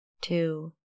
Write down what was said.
two